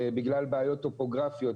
בגלל בעיות טופוגרפיות.